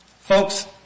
Folks